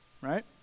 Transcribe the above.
Right